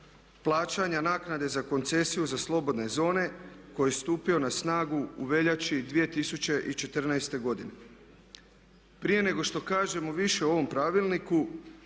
plaćanja naknade za koncesiju za slobodne zone koji je stupio na snagu u veljači 2014. godine. Prije nego što kažemo više o ovom Pravilniku